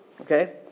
Okay